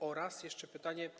Oraz jeszcze pytanie.